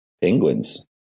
penguins